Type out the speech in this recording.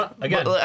Again